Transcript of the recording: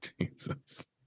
Jesus